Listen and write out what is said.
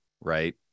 right